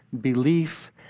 belief